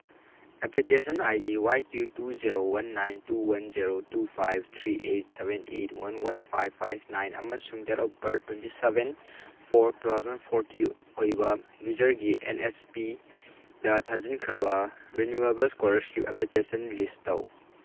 application I D Y Q two zero one nine two one zero two five three eight seven eight one one five five nine ꯑꯃꯁꯨꯡ date of birth twenty seven four two thousand forty ꯑꯣꯏꯕ ꯌꯨꯖꯔꯒꯤ ꯑꯦꯟ ꯅꯦꯁ ꯄꯤꯗ ꯊꯥꯖꯤꯟꯈ꯭ꯔꯕ renewal e scholarship application ꯂꯤꯁ ꯇꯧ